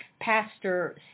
Pastor